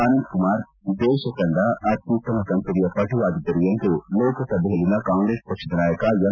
ಅನಂತಕುಮಾರ್ ದೇಶ ಕಂಡ ಅತ್ವತ್ತಮ ಸಂಸದೀಯ ಪಟುವಾಗಿದ್ದರು ಎಂದು ಲೋಕಸಭೆಯಲ್ಲಿನ ಕಾಂಗ್ರೆಸ್ ಪಕ್ಷದ ನಾಯಕ ಎಂ